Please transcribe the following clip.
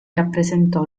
rappresentò